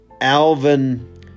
Alvin